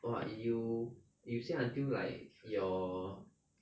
!wah! you you say until like your